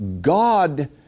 God